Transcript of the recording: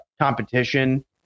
competition